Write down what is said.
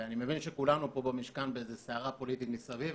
ואני מבין שכולנו פה במשכן באיזו סערה פוליטית מסביב,